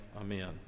amen